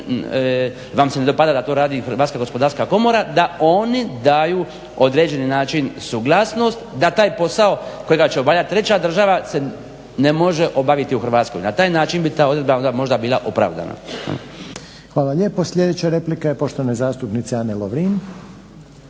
vam se ne dopada da to radi Hrvatska gospodarska komora da oni daju određeni način suglasnost da taj posao kojega će obavljati treća država se ne može obaviti u Hrvatskoj. Na taj način bi ta odredba onda možda bila opravdana. **Reiner, Željko (HDZ)** Hvala lijepo. Sljedeća replika je poštovane zastupnice Ane Lovrin.